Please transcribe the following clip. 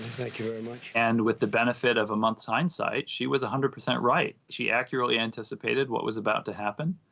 thank you very much. and with the benefit of a month's hindsight, she was one hundred percent right. she accurately anticipated what was about to happen.